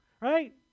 Right